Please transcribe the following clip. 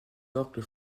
orques